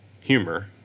Humor